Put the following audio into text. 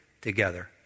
together